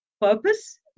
purpose